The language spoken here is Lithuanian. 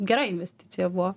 gera investicija buvo